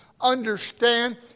understand